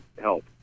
help